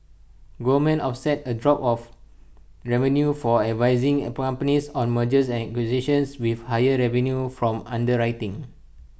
Goldman offset A drop of revenues for advising up companies on mergers and acquisitions with higher revenues from underwriting